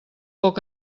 poc